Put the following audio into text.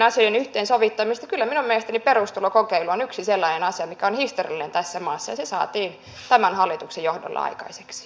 kyllä minun mielestäni perusturvakokeilu on yksi sellainen asia mikä on historiallinen tässä maassa ja se saatiin tämän hallituksen johdolla aikaiseksi